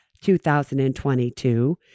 2022